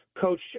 coach